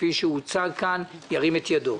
כפי שהוצג כאן ירים את ידו?